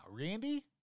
Randy